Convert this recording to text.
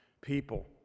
people